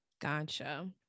gotcha